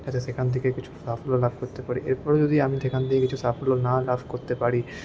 যাতে সেখান থেকে কিছু সাফল্য লাভ করতে পারি এরপরও যদি আমি সেখান থেকে কিছু সাফল্য না লাভ করতে পারি